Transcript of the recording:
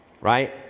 Right